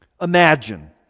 imagine